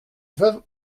veuve